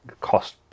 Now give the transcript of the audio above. cost